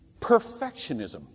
perfectionism